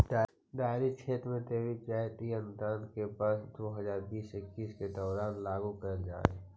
dairy क्षेत्र में देवित जाइत इ अनुदान के वर्ष दो हज़ार बीस इक्कीस के दौरान लागू कैल जाइत हइ